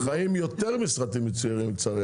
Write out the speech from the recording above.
החיים יותר מסרטים מצוירים, לצערי הרב.